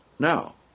Now